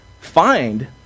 find